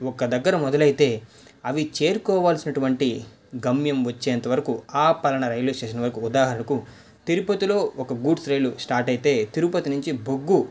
ఒక దగ్గర మొదలైయితే అవి చేరుకోవలసినటువంటి గమ్యం వచ్చేంతవరకు పాలన రైల్వే స్టేషన్కు ఉదాహరణకు తిరుపతిలో ఒక గూడ్స్ రైలు స్టార్ట్ అయితే తిరుపతి నుంచి బొగ్గు